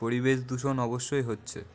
পরিবেশ দূষণ অবশ্যই হচ্ছে